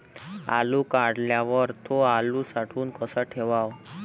आलू काढल्यावर थो आलू साठवून कसा ठेवाव?